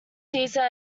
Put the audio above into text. caesar